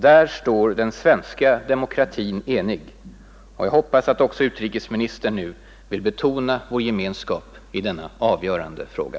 Där står den svenska demokratin enig, och jag hoppas att också utrikesministern nu vill betona vår gemenskap i denna avgörande fråga.